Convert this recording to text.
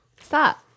Stop